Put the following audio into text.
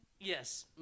Yes